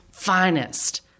finest